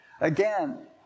Again